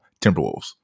Timberwolves